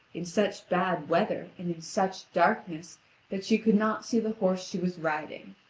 in such bad weather and in such darkness that she could not see the horse she was riding.